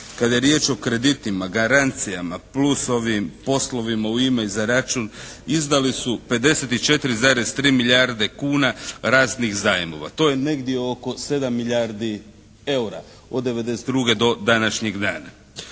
kada je riječ o kreditima, garancijama, … /Govornik se ne razumije./ … poslovima u ime i za račun izdali su 54,3 milijarde kuna raznih zajmova. To je negdje oko 7 milijardi EUR-a od 1992. do današnjeg dana.